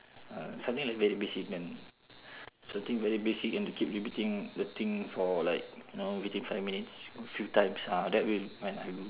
ah something like very basic and something very basic and they keep repeating the thing for like you know within five minutes a few times ah that will when I will